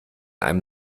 einem